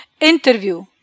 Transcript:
interview